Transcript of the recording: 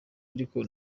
ariko